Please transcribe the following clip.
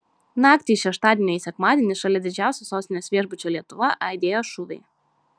naktį iš šeštadienio į sekmadienį šalia didžiausio sostinės viešbučio lietuva aidėjo šūviai